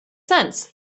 sense